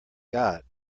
got